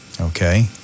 Okay